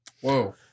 Whoa